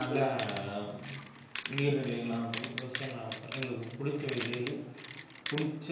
நல்ல நீர் நிலையங்களாகட்டும் விவசாயங்களாகட்டும் எங்களுக்கு பிடிச்ச வகையில் பிடிச்ச